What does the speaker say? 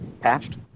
patched